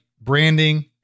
branding